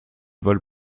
vol